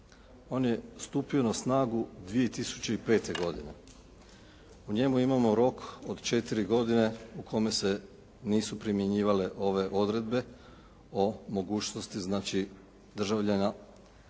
On je stupio na snagu 2005. godine. U njemu imamo rok od četiri godine u kome se nisu primjenjivale ove odredbe o mogućnosti državljana